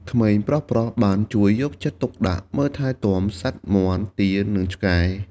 ក្មេងប្រុសៗបានជួយយកចិត្តទុកដាក់មើលថែទាំសត្វមាន់ ទា និងឆ្កែ។